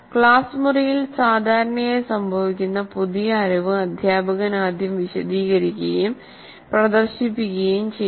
class മുറിയിൽ സാധാരണയായി സംഭവിക്കുന്ന പുതിയ അറിവ് അധ്യാപകൻ ആദ്യം വിശദീകരിക്കുകയും പ്രദർശിപ്പിക്കുകയും ചെയ്യുന്നു